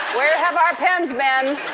where have our pens been? can